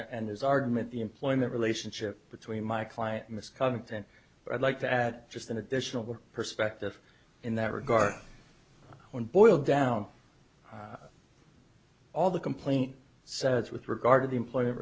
and his argument the employment relationship between my client misconduct and i'd like to add just an additional perspective in that regard when boiled down all the complaint says with regard to the employ